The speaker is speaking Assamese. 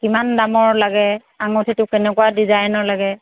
কিমান দামৰ লাগে আঙুঠিটো কেনেকুৱা ডিজাইনৰ লাগে